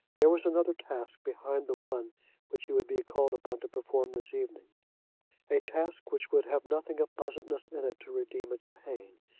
there was another task behind the one which he would be called upon to perform this evening a task which would have nothing of pleasantness in it to redeem its pain.